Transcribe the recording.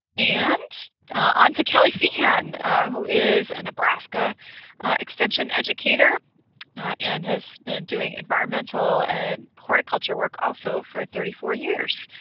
and on to kelly feehan who is a nebraska extension educator and has been doing environmental and horticulture work also for thirty four years.